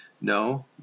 No